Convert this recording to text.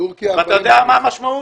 אתה יודע מה המשמעות?